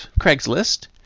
Craigslist